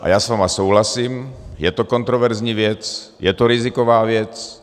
Já s vámi souhlasím, je to kontroverzní věc, je to riziková věc.